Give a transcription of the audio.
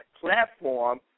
platform